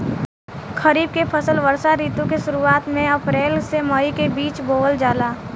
खरीफ के फसल वर्षा ऋतु के शुरुआत में अप्रैल से मई के बीच बोअल जाला